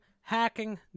hacking